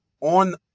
on